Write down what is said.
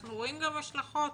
אנחנו רואים גם השלכות.